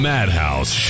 Madhouse